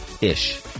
Ish